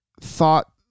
thought